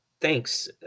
Thanks